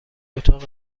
اتاق